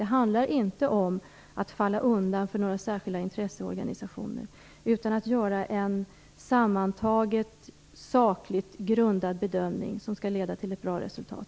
Det handlar inte om att falla undan för några intresseorganisationer, utan om att göra en sammantaget sakligt grundad bedömning som skall leda till ett bra resultat.